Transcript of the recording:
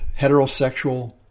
heterosexual